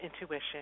intuition